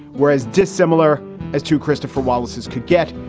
whereas dissimilar as to christopher wallace's could get.